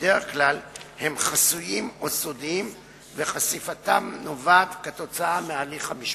בדרך כלל הם חסויים או סודיים וחשיפתם נובעת כתוצאה מההליך המשפטי.